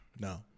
No